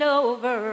over